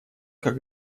как